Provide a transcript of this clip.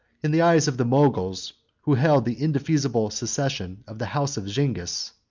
in the eyes of the moguls, who held the indefeasible succession of the house of zingis,